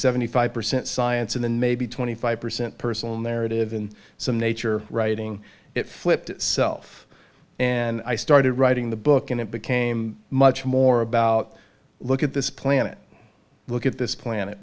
seventy five percent science and then maybe twenty five percent personal narrative in some nature writing it flipped self and i started writing the book and it became much more about look at this planet look at this planet